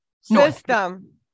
system